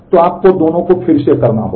तो आपको दोनों को फिर से करना होगा